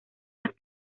las